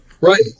Right